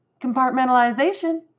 compartmentalization